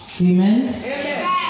Amen